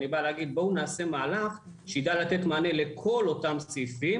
אני בא לומר בואו נעשה מהלך שידע לתת מענה לכל אותם סעיפים.